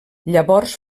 llavors